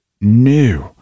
new